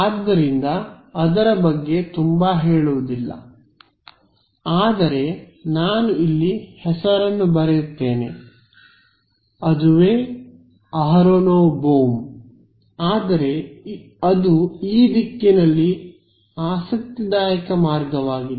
ಆದ್ದರಿಂದ ಅದರ ಬಗ್ಗೆ ತುಂಬಾ ಹೇಳುವುದಿಲ್ಲ ಆದರೆ ನಾನು ಇಲ್ಲಿ ಹೆಸರನ್ನು ಬರೆಯುತ್ತೇನೆ ಅದುವೇ ಅಹರೊನೊವ್ ಬೋಮ್ ಆದರೆ ಅದು ಈ ದಿಕ್ಕಿನಲ್ಲಿ ಆಸಕ್ತಿದಾಯಕ ಮಾರ್ಗವಾಗಿದೆ